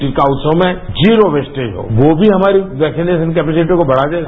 टीका उत्सव में जीरो वेस्टेज को भी हमारी वैक्सीनेशन कैपसिटी को बढ़ा देगा